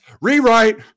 Rewrite